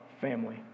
family